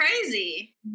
crazy